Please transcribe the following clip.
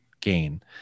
gain